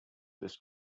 this